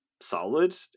solid